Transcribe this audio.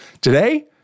Today